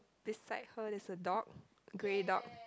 beside her there's a dog grey dog